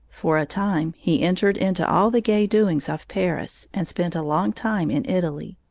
for a time he entered into all the gay doings of paris and spent a long time in italy.